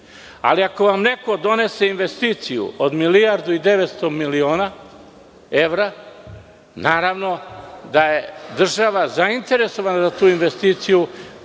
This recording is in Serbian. Ali, ako vam neko donese investiciju od milijardu i 900 miliona evra, naravno, da je država zainteresovana za tu investiciju,